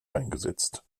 eingesetzt